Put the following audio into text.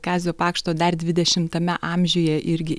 kazio pakšto dar dvidešimtame amžiuje irgi